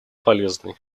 полезной